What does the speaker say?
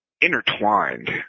intertwined